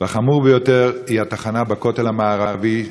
והחמורה ביותר היא התחנה בכותל המערבי,